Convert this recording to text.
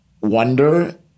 Wonder